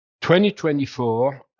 2024